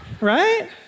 Right